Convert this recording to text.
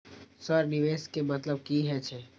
Sir निवेश के मतलब की हे छे?